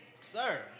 Sir